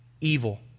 evil